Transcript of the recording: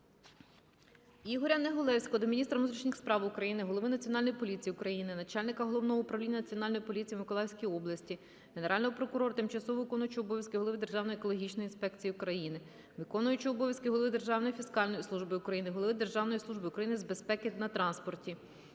Ігоря Негулевського до міністра внутрішніх справ України, голови Національної поліції України, начальника головного управління Національної поліції в Миколаївській області, Генерального прокурора, тимчасово виконуючого обов'язки голови Державної екологічної інспекції України, виконуючого обов'язки голови Державної фіскальної служби України, голови Державної служби України з безпеки на транспорті,